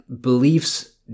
beliefs